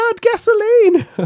gasoline